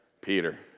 Peter